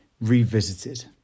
revisited